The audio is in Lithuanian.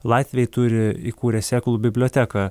latviai turi įkūrę sėklų biblioteką